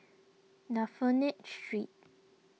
Dafne Street